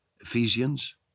Ephesians